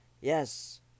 Yes